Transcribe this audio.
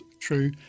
true